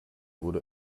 wurde